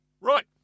Right